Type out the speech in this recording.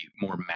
more